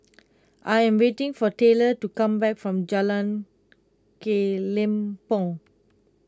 I am waiting for Tyler to come back from Jalan Kelempong